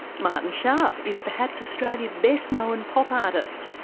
martin sharp is perhaps australia's best known pop artist.